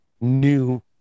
new